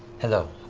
hello.